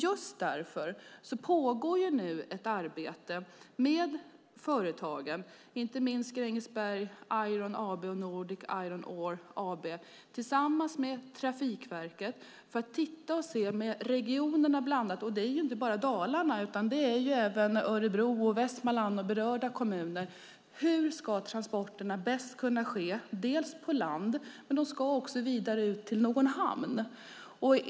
Just därför pågår ett arbete med företagen Grängesberg Iron AB och Nordic Iron Ore AB som tillsammans med Trafikverket och regionerna - det är inte bara Dalarna, utan det är även Örebro, Västmanland och berörda kommuner inblandade - tittar på hur transporterna bäst ska kunna ske dels på land, dels vidare ut till någon hamn.